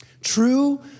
True